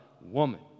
woman